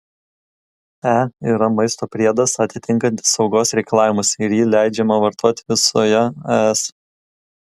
e yra maisto priedas atitinkantis saugos reikalavimus ir jį leidžiama vartoti visoje es